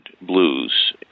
blues